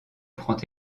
prend